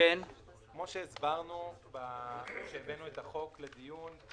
כמו שהסברנו כשהבאנו את החוק לדיון,